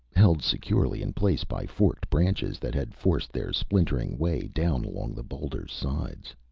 held securely in place by forked branches that had forced their splintering way down along the boulder's sides.